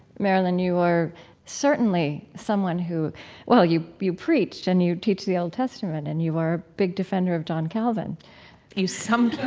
marilynne, you are certainly someone who well, you you preach and you teach the old testament and you are a big defender of john calvin you summed me